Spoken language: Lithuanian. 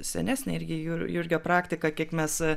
senesnę irgi jur jurgio praktiką kiek mes